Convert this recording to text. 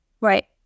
Right